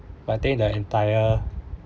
but I think the entire